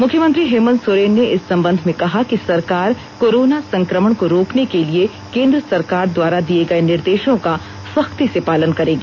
मुख्यमंत्री हेमंत सोरेन ने इस संबंध में कहा कि सरकार कोरोना संकमण को रोकने के लिए केंद्र सरकार द्वारा दिए गये निर्देषों का सख्ती से पालन करेगी